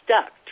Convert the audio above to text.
stuck